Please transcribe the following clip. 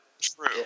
True